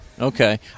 Okay